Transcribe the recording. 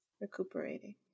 recuperating